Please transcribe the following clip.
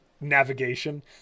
navigation